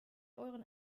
euren